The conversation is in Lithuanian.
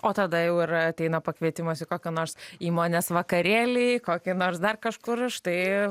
o tada jau ir ateina pakvietimas į kokio nors įmonės vakarėlį kokį nors dar kažkur štai